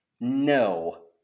No